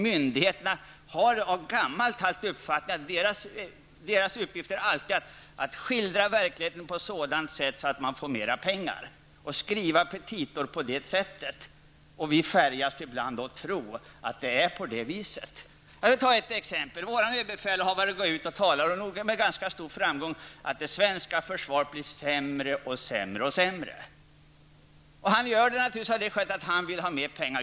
Myndigheterna har sedan länge den uppfattningen att deras uppgift alltid är att skildra verkligheten på ett sådant sätt att de får mer pengar och att det gäller att skriva petita på det sättet. Vi påverkas ibland till att tro att det är såsom myndigheterna säger. Låt mig ta ett exempel. Vår överbefälhavare talar -- och förmodligen med ganska stor framgång -- om att det svenska försvaret blir sämre och sämre. Han gör det naturligtvis av det skälet att han vill ha mer pengar.